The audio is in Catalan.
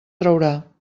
traurà